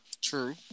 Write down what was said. True